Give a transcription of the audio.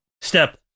step